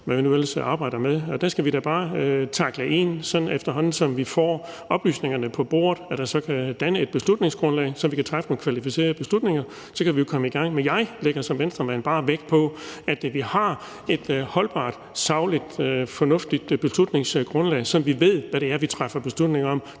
vi nu ellers arbejder med. Der skal vi da bare tage de oplysninger ind, sådan efterhånden som vi får dem på bordet, så der kan dannes et beslutningsgrundlag, så vi kan træffe nogle kvalificerede beslutninger. Så kan vi jo komme i gang. Jeg lægger som Venstremand bare vægt på, at vi har et holdbart, sagligt og fornuftigt beslutningsgrundlag, sådan at vi ved, hvad det er, vi træffer beslutning om,